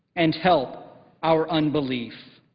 and help our unbelief.